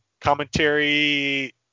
commentary